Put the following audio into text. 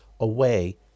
away